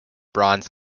bronze